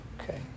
Okay